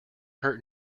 hurt